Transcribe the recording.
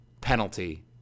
penalty